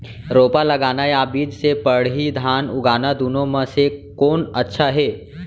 रोपा लगाना या बीज से पड़ही धान उगाना दुनो म से कोन अच्छा हे?